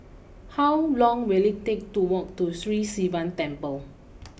how long will it take to walk to Sri Sivan Temple